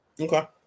Okay